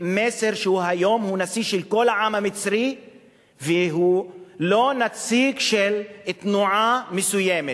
מסר שהיום הוא נשיא של כל העם המצרי והוא לא נציג של תנועה מסוימת.